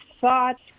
thoughts